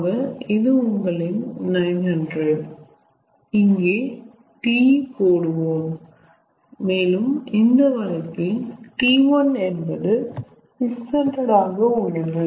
ஆக இது உங்களின் 900 இங்க T போடுவோம் மேலும் இந்த வழக்கில் T1 என்பது 600 ஆக உள்ளது